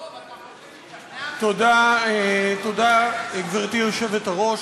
תודה, גברתי היושבת-ראש.